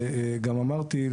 וגם אמרתי,